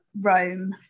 rome